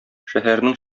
шәһәрнең